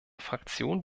fraktion